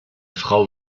frau